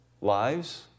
lives